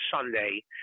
Sunday